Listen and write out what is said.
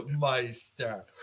Meister